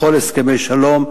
בכל הסכמי שלום,